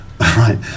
Right